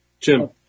Jim